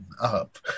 up